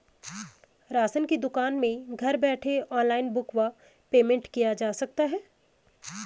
Ration की दुकान में घर बैठे ऑनलाइन बुक व पेमेंट किया जा सकता है?